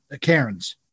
Cairns